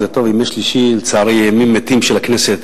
לצערי ימי שלישי הם ימים מתים של הכנסת,